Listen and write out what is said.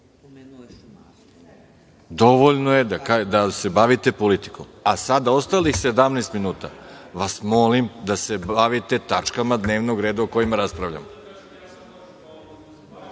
minuta. Dovoljno je da se bavite politikom, a sada ostalih 17 minuta vas molim da se bavite tačkama dnevnog reda o kojima raspravljamo.